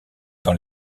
dans